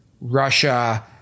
Russia